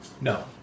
no